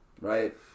Right